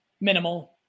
minimal